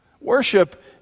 Worship